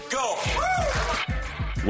go